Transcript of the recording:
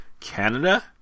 canada